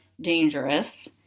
dangerous